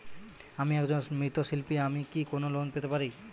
আমি একজন মৃৎ শিল্পী আমি কি কোন লোন পেতে পারি?